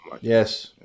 Yes